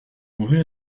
ouvrir